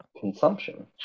Consumption